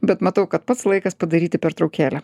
bet matau kad pats laikas padaryti pertraukėlę